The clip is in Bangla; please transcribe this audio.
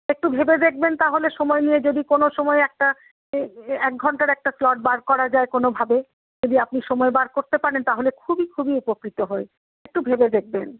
একটু ভেবে দেখবেন তাহলে সময় নিয়ে যদি কোন সময় একটা এক ঘন্টার একটা স্লট বার করা যায় কোনোভাবে যদি আপনি সময় বার করতে পারেন তাহলে খুবই খুবই উপকৃত হই একটু ভেবে দেখবেন